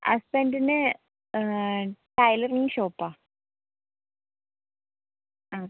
ഹസ്ബന്ഡിന് tailoring shop ആണ് ആ